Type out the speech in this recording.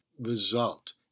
result